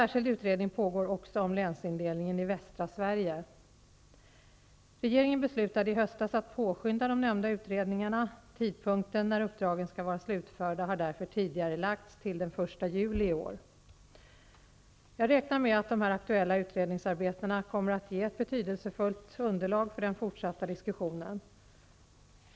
Regeringen beslutade i höstas att påskynda de nämnda utredningarna. Tidpunkten när uppdragen skall vara slutförda har därför tidigarelagts till den 1 juli i år. Jag räknar med att de aktuella utredningsarbetena kommer att ge ett betydelsefullt underlag för den fortsatta diskussionen.